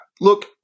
look